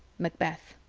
macbeth